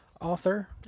author